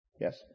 Yes